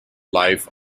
life